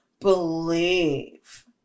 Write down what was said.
believe